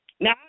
Now